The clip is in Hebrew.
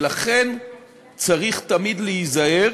לכן צריך תמיד להיזהר,